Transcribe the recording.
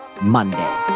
Monday